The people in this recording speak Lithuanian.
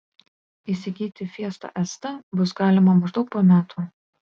įsigyti fiesta st bus galima maždaug po metų